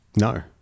No